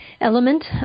element